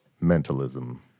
mentalism